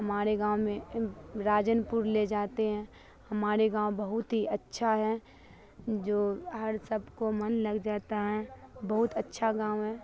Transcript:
ہماڑے گاؤں میں راجن پور لے جاتے ہیں ہماڑے گاؤں بہت ہی اچھا ہے جو ہر سب کو من لگ جاتا ہے بہت اچھا گاؤں ہے